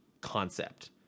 concept